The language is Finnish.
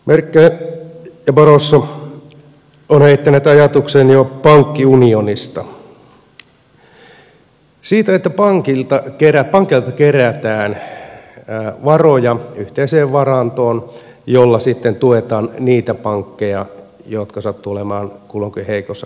merkel ja barroso ovat jo heittäneet ajatuksen pankkiunionista siitä että pankeilta kerätään varoja yhteiseen varantoon jolla sitten tuetaan niitä pankkeja jotka sattuvat olemaan kulloinkin heikossa kondiksessa